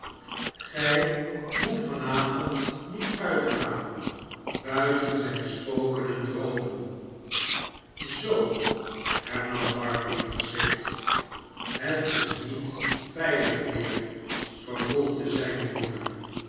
gij moet van avond niet uitgaan buiten zijn spoken en droomen zoo hernam barnaby verschrikt a het is hier niet veilig meer vervolgde zijne moeder